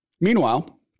Meanwhile